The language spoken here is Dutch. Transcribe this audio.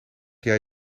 jij